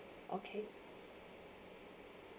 okay